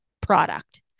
product